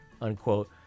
unquote